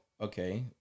okay